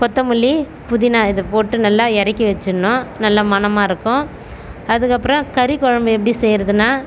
கொத்தமல்லி புதினா இதை போட்டு நல்லா இறக்கி வச்சுடணும் நல்ல மணமாக இருக்கும் அதுக்கப்புறம் கறி கொழம்பு எப்படி செய்றதுன்னா